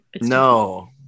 No